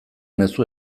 mezu